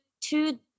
two